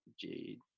Jade